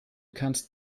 kannst